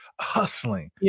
hustling